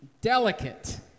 delicate